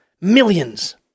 Millions